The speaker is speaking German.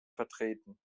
vertreten